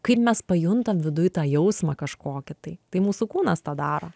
kaip mes pajuntam viduj tą jausmą kažkokį tai tai mūsų kūnas tą daro